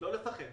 לא לפחד.